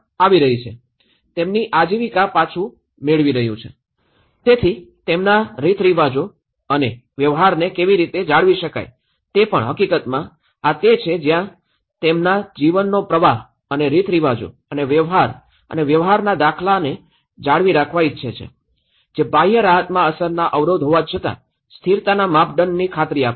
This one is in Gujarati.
તેમની આજીવિકા પાછું મેળવી રહ્યું છે તેથી તેમના રીતરિવાજો અને વ્યવહારને કેવી રીતે જાળવી શકાય તે પણ હકીકતમાં આ તે છે જ્યાં તેમના જીવનનો પ્રવાહ અને રીતરિવાજો અને વ્યવહાર અને વ્યવહારના દાખલાને જાળવી રાખવા ઇચ્છે છે જે બાહ્ય રાહતમાં અસરના અવરોધ હોવા છતાં સ્થિરતાના માપદંડની ખાતરી આપે છે